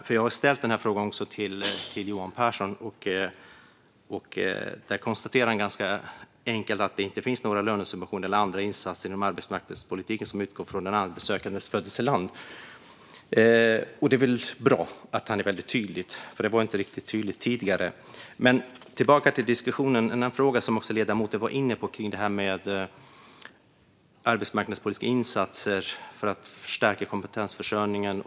Jag har även ställt den till Johan Pehrson, och han konstaterade ganska enkelt att det inte finns några lönesubventioner eller andra insatser inom arbetsmarknadspolitiken som utgår från den arbetssökandes födelseland. Det var bra att han var väldigt tydlig, för det var inte riktigt tydligt tidigare. Men tillbaka till diskussionen. En fråga som ledamoten också var inne på handlar om arbetsmarknadspolitiska insatser för att förstärka kompetensförsörjningen.